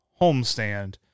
homestand